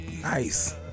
nice